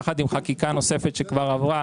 יחד עם חקיקה נוספת שכבר עברה